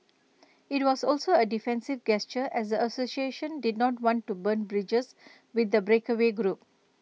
IT was also A defensive gesture as the association did not want to burn bridges with the breakaway group